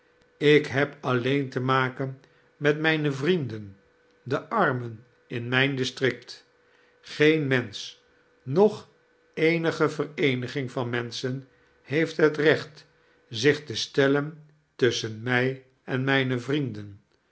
ik neb alleen te maken met mijne vrienden de armen in mijn district geen mensch nocli eenige vereeniging van menschen heeft het recht zich te stellen tussohen mij en mijne vrienden